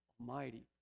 almighty